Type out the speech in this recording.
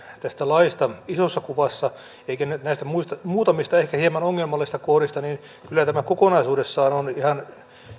tästä laista isossa kuvassa eikä nyt näistä muutamista ehkä hieman ongelmallisista kohdista niin kyllä tämä kokonaisuudessaan on ihan